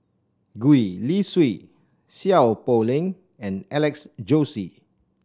Gwee Li Sui Seow Poh Leng and Alex Josey